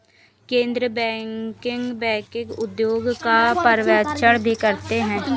केन्द्रीय bank banking उद्योग का पर्यवेक्षण भी करते हैं